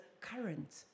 current